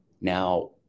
Now